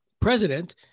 president